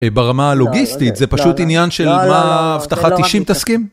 ברמה הלוגיסטית זה פשוט עניין של מה אבטחת אישים תסכים?